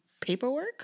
paperwork